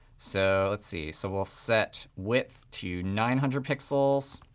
so let's see. so we'll set width to nine hundred pixels,